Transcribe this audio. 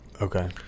Okay